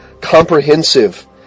comprehensive